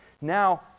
now